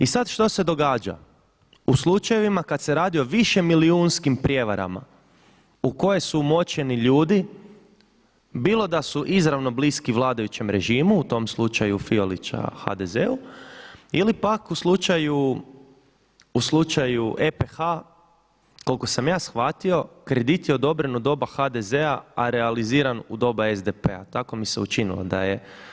I sad što se događa u slučajevima kad se radi o više milijunskim prijevarama u koje su umočeni ljudi bilo da su izravno bliski vladajućem režimu u tom slučaju Fiolića HDZ-u, ili pak u slučaju EPH koliko sam ja shvatio kredit je odobren od doba HDZ-a a realiziran u doba SDP-a, tako mi se učinilo da je.